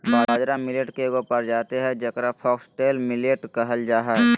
बाजरा मिलेट के एगो प्रजाति हइ जेकरा फॉक्सटेल मिलेट कहल जा हइ